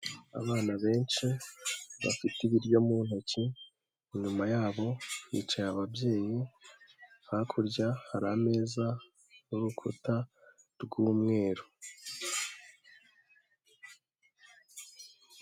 Abana benshi bafite ibiryo mu ntoki, inyuma yabo hicaye ababyeyi, hakurya hari ameza n'urukuta rw'umweru.